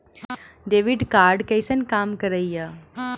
Debit card कैसन काम करेया?